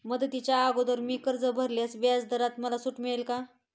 मुदतीच्या अगोदर मी कर्ज भरल्यास व्याजदरात मला सूट मिळेल का?